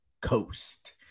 Coast